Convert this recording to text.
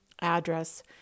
address